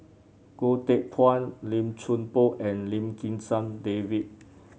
Goh Teck Phuan Lim Chuan Poh and Lim Kim San David